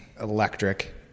electric